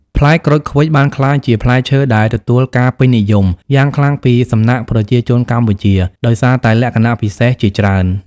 ផ្លែក្រូចឃ្វិចបានក្លាយជាផ្លែឈើដែលទទួលការពេញនិយមយ៉ាងខ្លាំងពីសំណាក់ប្រជាជនកម្ពុជាដោយសារតែលក្ខណៈពិសេសជាច្រើន។